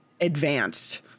advanced